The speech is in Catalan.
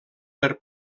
per